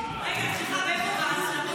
רגע, סליחה, איפה גנץ?